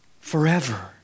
forever